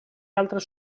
altres